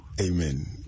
Amen